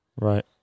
Right